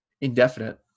indefinite